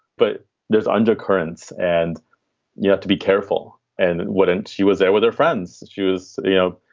but there's undercurrents. and you have to be careful. and wouldn't she was there with her friends. she was, you know,